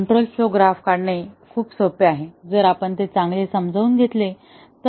control flow graph काढणे खूप सोपे आहे जर आपण ते चांगले समजून घेतले तर